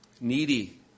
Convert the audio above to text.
needy